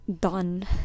done